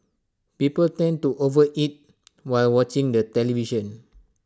people tend to overeat while watching the television